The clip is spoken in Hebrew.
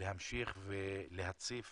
להמשיך ולהציף